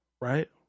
right